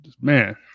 Man